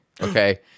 Okay